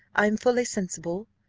i am fully sensible,